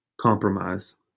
compromise